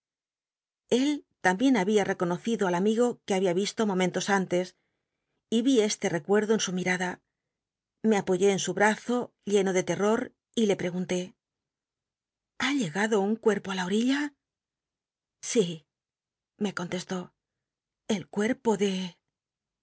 tambien había r eeonocirlo al amigo que había isto moment s antes y este recuerdo en su mirada me apoyé en su brazo lleno de terror y le pregunté ha llegado un cuerpo i la ol'illa sí me contestó el cuerpo de